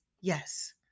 Yes